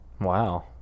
Wow